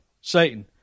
Satan